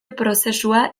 prozesua